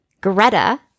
Greta